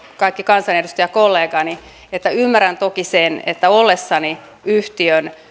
kaikki kansanedustajakollegani on että ymmärrän toki sen että ollessani yhtiön